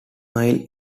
miles